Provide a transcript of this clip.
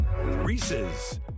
Reese's